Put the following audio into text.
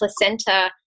placenta